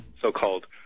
so-called